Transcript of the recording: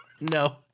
No